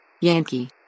Yankee